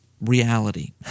reality